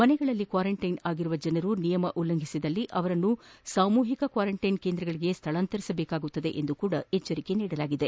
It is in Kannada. ಮನೆಗಳಲ್ಲೇ ಕ್ವಾರಂಟೈನ್ ಆಗಿರುವ ಜನರು ನಿಯಮ ಉಲ್ಲಂಘಿಸಿದಲ್ಲಿ ಅವರನ್ನು ಸಾಮೂಹಿಕ ಕ್ವಾರಂಟೈನ್ ಕೇಂದ್ರಗಳಿಗೆ ಸ್ಥಳಾಂತರಿಸಬೇಕಾಗುತ್ತದೆ ಎಂದು ಸರ್ಕಾರ ಎಚ್ಚರಿಕೆ ನೀಡಿದೆ